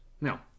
Now